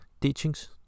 teachings